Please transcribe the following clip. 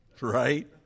Right